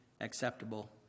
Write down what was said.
acceptable